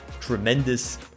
tremendous